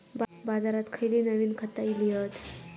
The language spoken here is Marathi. बाजारात खयली नवीन खता इली हत?